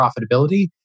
profitability